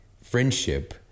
friendship